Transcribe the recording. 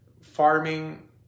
farming